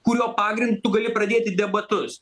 kurio pagrindu tu gali pradėti debatus